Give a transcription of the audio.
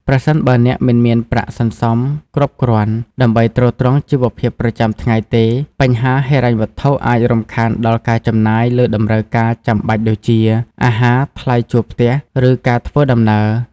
ប្រសិនបើអ្នក មិនមានប្រាក់សន្សំគ្រប់គ្រាន់ ដើម្បីទ្រទ្រង់ជីវភាពប្រចាំថ្ងៃទេ បញ្ហាហិរញ្ញវត្ថុអាចរំខានដល់ការចំណាយលើតម្រូវការចាំបាច់ដូចជា អាហារ ថ្លៃជួលផ្ទះ ឬការធ្វើដំណើរ។